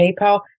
PayPal